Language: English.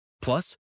Plus